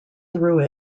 through